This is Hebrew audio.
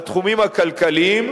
בתחומים הכלכליים,